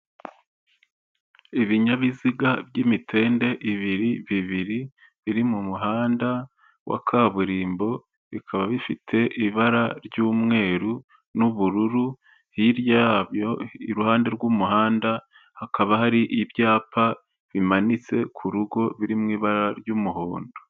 Ibinyabiziga by'imitende ibiri, bibiri, biri mu muhanda wa kaburimbo, bikaba bifite ibara ry'umweru n'ubururu, hirya yabyo iruhande rw'umuhanda, hakaba hari ibyapa bimanitse ku rugo biri mu ibara ry'umuhondo.